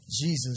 Jesus